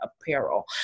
apparel